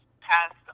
passed